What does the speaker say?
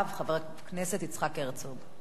חבר הכנסת יצחק הרצוג.